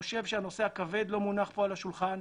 הנושא הכבד לא מונח פה על השולחן: